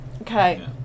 Okay